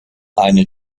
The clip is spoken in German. eine